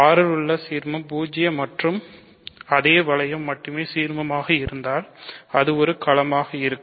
R இல் உள்ள சீர்மம் பூஜ்ஜிய மற்றும் அதே வளையம் மட்டுமே சிர்மமாக இருந்தால் அது ஒரு களமாக இருக்கும்